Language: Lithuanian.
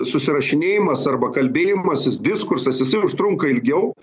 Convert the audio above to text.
susirašinėjimas arba kalbėjimasis diskursas jisai užtrunka ilgiau